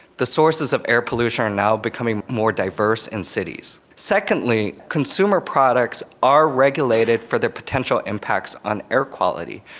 the sources of air pollution are now becoming more diverse in cities. secondly, consumer products are regulated for their potential impacts on air quality.